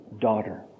daughter